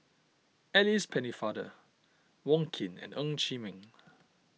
Alice Pennefather Wong Keen and Ng Chee Meng